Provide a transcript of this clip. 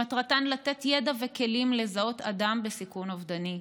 שמטרתן לתת ידע וכלים לזהות אדם בסיכון אובדני,